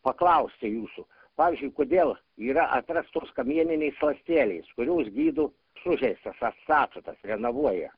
paklausti jūsų pavyzdžiui kodėl yra atrastos kamieninės ląstelės kurios gydo sužeistas atstato tas renovuoja